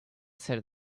said